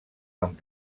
amb